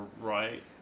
right